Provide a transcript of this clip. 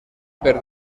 per